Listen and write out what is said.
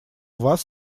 вас